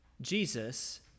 Jesus